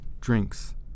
Drinks